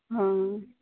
ହଁ